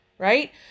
right